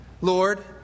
Lord